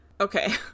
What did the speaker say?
Okay